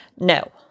No